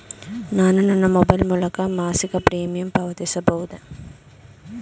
ನಾನು ನನ್ನ ಮೊಬೈಲ್ ಮೂಲಕ ಮಾಸಿಕ ಪ್ರೀಮಿಯಂ ಪಾವತಿಸಬಹುದೇ?